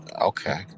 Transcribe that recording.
Okay